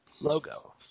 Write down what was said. logo